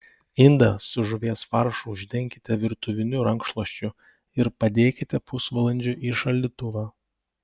indą su žuvies faršu uždenkite virtuviniu rankšluosčiu ir padėkite pusvalandžiui į šaldytuvą